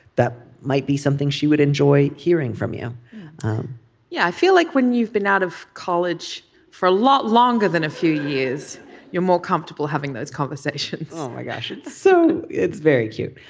that might be something she would enjoy hearing from you yeah i feel like when you've been out of college for a lot longer than a few years you're more comfortable having those conversations oh my gosh it's so it's very cute.